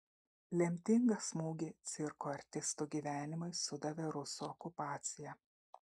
lemtingą smūgį cirko artistų gyvenimui sudavė rusų okupacija